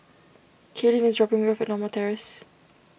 Kaitlyn is dropping me off Norma Terrace